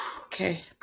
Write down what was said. Okay